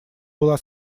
была